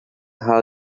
how